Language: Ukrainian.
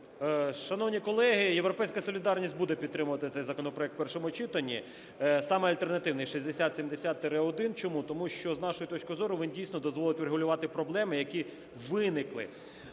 Шановні колеги, "Європейська солідарність" буде підтримувати цей законопроект в першому читанні, саме альтернативний 6070-1. Чому? Тому що, з нашої точки зору, він дійсно дозволить врегулювати проблеми, які виникли